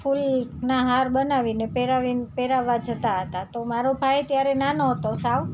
ફુલના હાર બનાવીને પહેરાવીને પહેરાવવા જતાં હતા તો મારો ભાઈ ત્યારે નાનો હતો સાવ